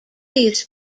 these